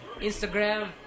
Instagram